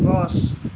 গছ